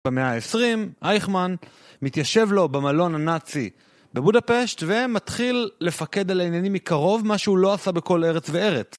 במאה ה-20, אייכמן מתיישב לו במלון הנאצי בבודפשט ומתחיל לפקד על העניינים מקרוב מה שהוא לא עשה בכל ארץ וארץ.